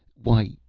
why,